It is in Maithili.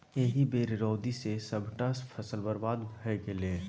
एहि बेर रौदी सँ सभटा फसल बरबाद भए गेलै